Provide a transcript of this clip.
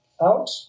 out